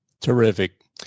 Terrific